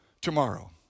tomorrow